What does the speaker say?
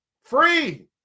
Free